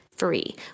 free